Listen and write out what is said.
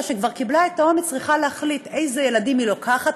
שכבר קיבלה את האומץ צריכה להחליט אילו ילדים היא לוקחת